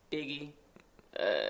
Biggie